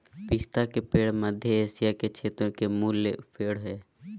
पिस्ता के पेड़ मध्य एशिया के क्षेत्र के मूल पेड़ हइ